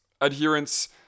adherence